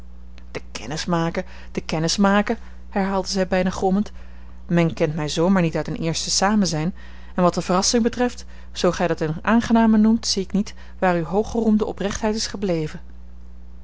de kennis maken de kennis maken herhaalde zij bijna grommend men kent mij zoo maar niet uit een eerste samenzijn en wat de verrassing betreft zoo gij dat eene aangename noemt zie ik niet waar uwe hooggeroemde oprechtheid is gebleven